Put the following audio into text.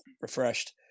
refreshed